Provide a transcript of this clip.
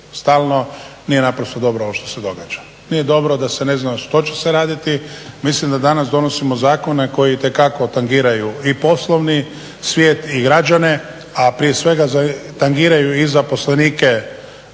stalno nije naprosto dobro ovo što se događa, nije dobro da se ne zna što će se raditi. Mislim da danas donosimo zakone koji itekako tangiraju i poslovni svijet, i građane, a prije svega tangiraju i zaposlenike